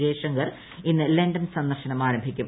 ജയശങ്കർ ഇന്ന് ലണ്ടൻ സന്ദർശനം ആരംഭിക്കും